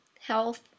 health